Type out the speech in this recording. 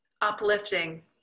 uplifting